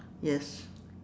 yes